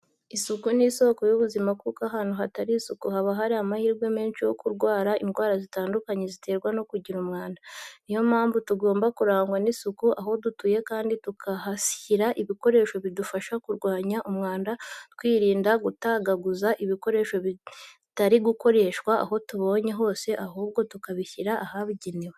Isuku ni isoko y'ubuzima kuko ahantu hatari isuku haba hari amahirwe menshi yo kurwara indwara zitandukanye ziterwa no kugira umwanda. Ni yo mpamvu tugomba kurangwa n'isuku aho dutuye kandi tukahashyira ibikoresho bidufasha kurwanya umwanda twirinda gutagaguza ibikoresho bitagikoreshwa aho tubonye hose ahubwo tukabishyira ahabugenewe.